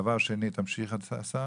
תמשיך השר.